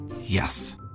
Yes